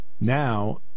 Now